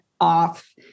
off